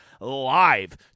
live